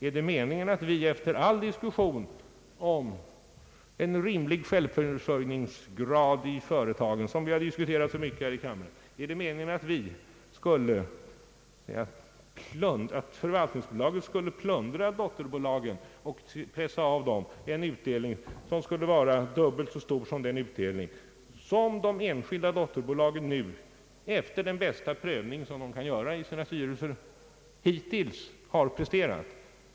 Är det meningen, efter all diskussion här i kammaren om en rimlig självförsörjningsgrad i företagen, att förvaltningsbolaget skulle plundra dotterbolagen och pressa av dem en utdelning som skulle vara dubbelt så stor som den utdelning de enskilda dotterbolagen, efter den bästa prövning de kan göra i sina styrelser, hittills har presterat?